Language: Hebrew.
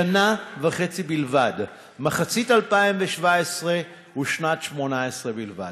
שנה וחצי בלבד, מחצית 2017 ושנת 2018 בלבד.